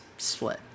Split